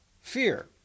fear